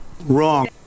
Wrong